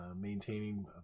maintaining